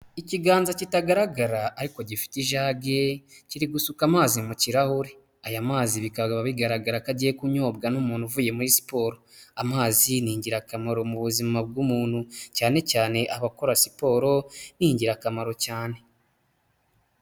Ikiganza kitagaragara ariko gifite ijage kiri gusuka amazi mu kirahure. Aya mazi bikaba bigaragara ko agiye kunyobwa n'umuntu uvuye muri siporo. Amazi ni ingirakamaro mu buzima bw'umuntu. Cyane cyane abakora siporo ni ingirakamaro cyane.